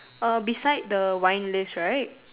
err beside the wine list right